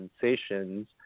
sensations